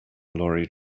lorry